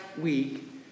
week